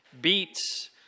Beets